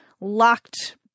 locked